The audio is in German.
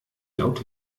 laut